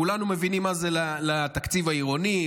כולנו מבינים מה זה לתקציב העירוני,